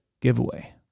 giveaway